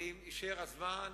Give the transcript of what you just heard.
ואם יישאר זמן,